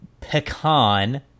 pecan